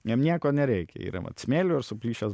jam nieko nereikia yra vat smėlio ir suplyšęs